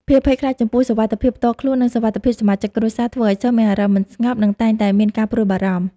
ភាពភ័យខ្លាចចំពោះសុវត្ថិភាពផ្ទាល់ខ្លួន និងសុវត្ថិភាពសមាជិកគ្រួសារធ្វើឱ្យសិស្សមានអារម្មណ៍មិនស្ងប់ និងតែងតែមានការព្រួយបារម្ភ។